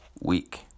week